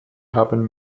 haben